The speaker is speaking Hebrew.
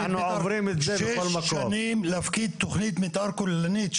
שש שנים להפקיד תכנית מיתאר כוללנית.